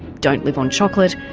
don't live on chocolate,